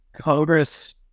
Congress